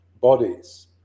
bodies